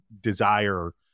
desire